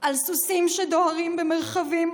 על סוסים שדוהרים במרחבים,